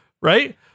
right